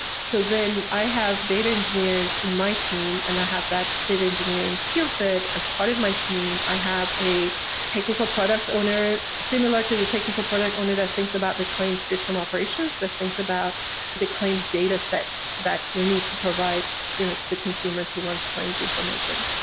so then i have data engineers in my team and they have data engineering skillset as part of my team. i have a technical product owner similar to the technical product only that thinks about the claim system operations, the things about the claims dataset that we need to provide you know to the consumers who wants claims information.